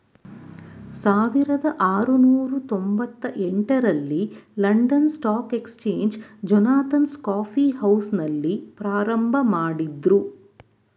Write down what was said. ಸಾವಿರದ ಆರುನೂರು ತೊಂಬತ್ತ ಎಂಟ ರಲ್ಲಿ London stock exchange Jonathan's coffee ಹೌಸ್ನಲ್ಲಿ ಪ್ರಾರಂಭಮಾಡಿದ್ರು